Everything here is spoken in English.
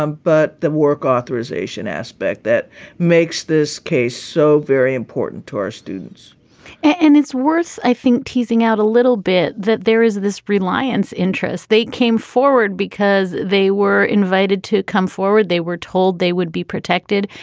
um but the work authorization aspect that makes this case so very important to our students and it's worth, i think, teasing out a little bit that there is this reliance interest. they came forward because they were invited to come forward. they were told they would be protected.